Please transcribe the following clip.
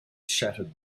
shattered